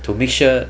to make sure